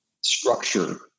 structure